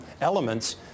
elements